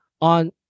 on